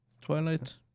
Twilight